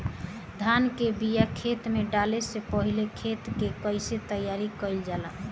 धान के बिया खेत में डाले से पहले खेत के कइसे तैयार कइल जाला?